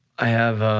i have